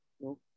No